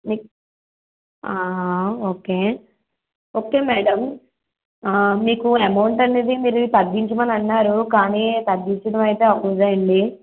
మీకు okay okay madam మీకు amount అనేది మీరు తగ్గించమని అన్నారు కానీ తగ్గించడం అయితే అవ్వదండి